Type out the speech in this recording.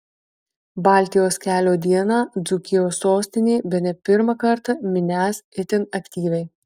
baltijos kelio dieną dzūkijos sostinė bene pirmą kartą minęs itin aktyviai